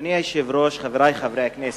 אדוני היושב-ראש, חברי חברי הכנסת,